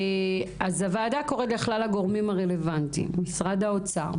הוועדה קוראת לכלל הגורמים הרלוונטיים: משרד האוצר,